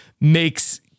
makes